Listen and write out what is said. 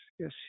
Yes